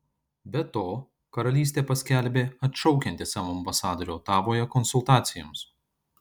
be to karalystė paskelbė atšaukianti savo ambasadorių otavoje konsultacijoms